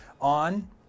on